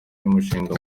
y’umushinga